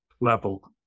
level